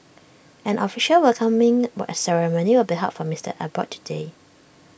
an official welcoming but ceremony will be held for Mister Abbott today